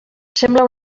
sembla